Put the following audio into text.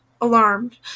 alarmed